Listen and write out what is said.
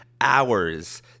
hours